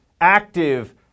active